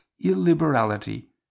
illiberality